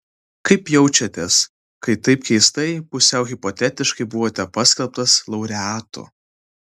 kaip jaučiatės kai taip keistai pusiau hipotetiškai buvote paskelbtas laureatu